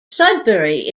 sudbury